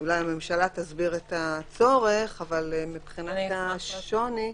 הממשלה תסביר את הצורך, אבל מבחינת השוני,